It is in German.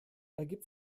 ergibt